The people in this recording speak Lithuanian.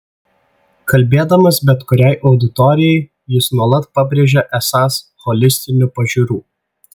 kalbėdamas bet kuriai auditorijai jis nuolat pabrėžia esąs holistinių pažiūrų